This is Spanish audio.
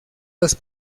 los